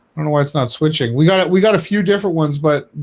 know why it's not switching. we got it. we got a few different ones, but